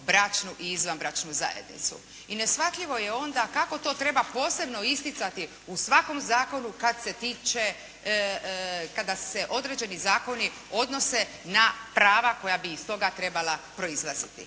bračnu i izvanbračnu zajednicu. I neshvatljivo je onda kako to treba posebno isticati u svakom zakonu kad se tiče, kada se određeni zakoni odnose na prava koja bi iz toga trebala proizlaziti.